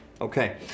Okay